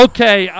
Okay